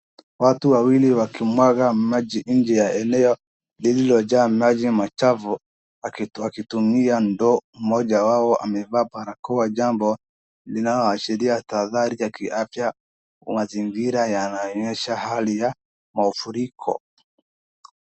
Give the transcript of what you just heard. Watu wawili wakimwaga maji nje ya eneo lililojaa maji machafu wakitumia ndoo. Mmoja wao amevaa barakoa, jambo linaloashiria tahadhari ya kiafya. Mazingira yanaonyesha hali ya mafuriko.